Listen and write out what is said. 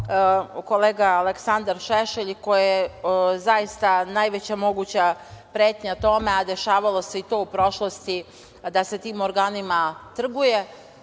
kolega Aleksandar Šešelj, a koji je zaista najveća moguća pretnja tome, a dešavalo se i to u prošlosti da se tim organima trguje. Ovde